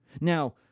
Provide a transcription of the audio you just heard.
Now